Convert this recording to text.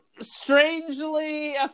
strangely